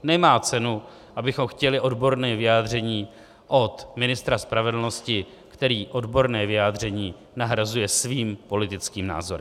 Nemá cenu, abychom chtěli odborné vyjádření od ministra spravedlnosti, který odborné vyjádření nahrazuje svým politickým názorem.